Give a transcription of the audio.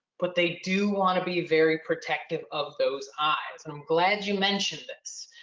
but they do want to be very protective of those eyes. and i'm glad you mentioned this.